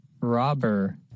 robber